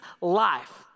life